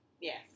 Yes